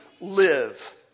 live